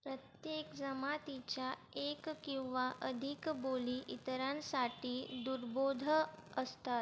प्रत्येक जमातीच्या एक किंवा अधिक बोली इतरांसाठी दुर्बोध असतात